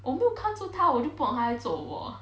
我没有看着他我就不懂他在做什么